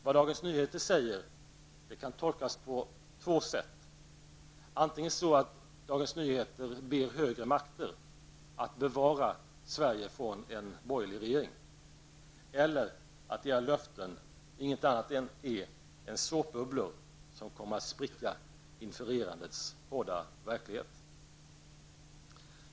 Vad Dagens Nyheter säger kan tolkas på två sätt: antingen att DN ber högre makter att bevara Sverige för en borgerlig regering, eller att era löften inget annat är än såpbubblor, som kommer att spricka inför regerandets hårda verklighet.